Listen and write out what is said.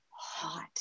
hot